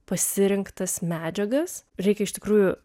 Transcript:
pasirinktas medžiagas reikia iš tikrųjų